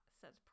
says